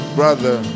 brother